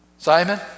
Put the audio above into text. Simon